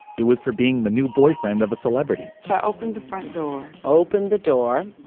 he was for being the new boyfriend of a celebrity. so i opened the front door. open the door.